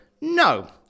No